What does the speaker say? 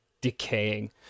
decaying